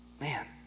man